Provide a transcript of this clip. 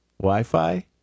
Wi-Fi